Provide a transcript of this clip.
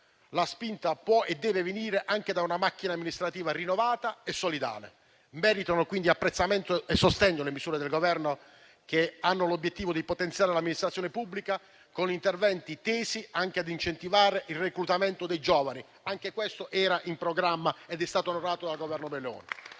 la spinta può e deve venire anche da una macchina amministrativa rinnovata e solidale. Meritano quindi apprezzamento e sostegno le misure del Governo che hanno l'obiettivo di potenziare l'amministrazione pubblica con interventi tesi anche a incentivare il reclutamento dei giovani. Anche questo punto era nel programma ed è stato onorato dal Governo Meloni.